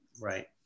right